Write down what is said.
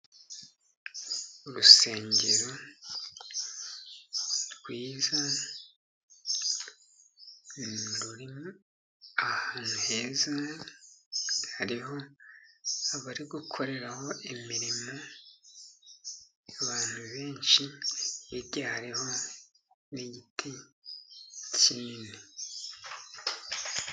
Urusengero rwiza, rurimo ahantu heza hariho abari gukoreraho imirimo, abantu benshi, hirya hariho n'igiti kinini.